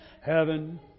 Heaven